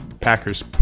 Packers